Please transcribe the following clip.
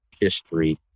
history